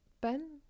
Ben